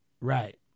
right